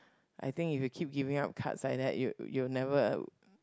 I think if you keep giving up cards like that you you'll never